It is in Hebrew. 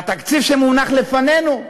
והתקציב שמונח בפנינו,